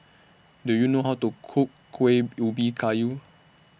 Do YOU know How to Cook Kueh Ubi Kayu